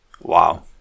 Wow